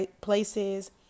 places